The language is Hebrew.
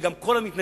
וגם כל המתנגדים,